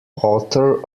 author